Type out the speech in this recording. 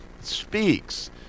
speaks